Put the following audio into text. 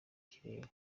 kirere